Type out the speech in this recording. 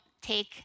take